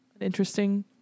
interesting